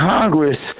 Congress